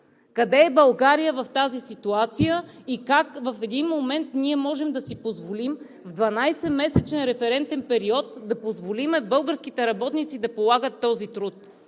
Къде е България в тази ситуация и как в един момент ние можем да си позволим в 12-месечен референтен период да позволим българските работници да полагат този труд,